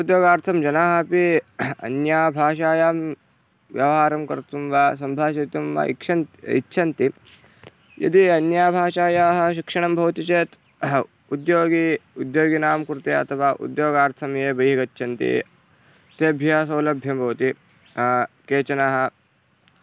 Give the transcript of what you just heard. उद्योगार्थं जनाः अपि अन्यभाषायां व्यवहारं कर्तुं वा सम्भाषितुं वा इक्षन् इच्छन्ति यदि अन्यभाषायाः शिक्षणं भवति चेत् उद्योगी उद्योगिनां कृते अथवा उद्योगार्थं ये बहिः गच्छन्ति तेभ्यः सौलभ्यं भवति केचन